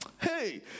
Hey